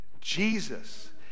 Jesus